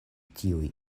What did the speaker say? tiuj